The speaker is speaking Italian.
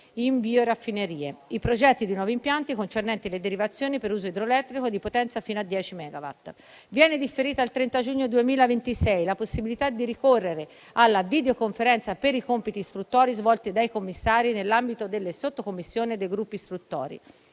di conversione; i progetti di nuovi impianti concernenti le derivazioni per uso idroelettrico di potenza fino a 10 megawatt. Viene differita al 30 giugno 2026 la possibilità di ricorrere alla videoconferenza per i compiti istruttori svolti dai commissari nell'ambito delle sottocommissioni e dei gruppi istruttori.